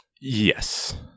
Yes